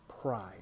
pride